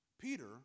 Peter